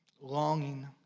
longing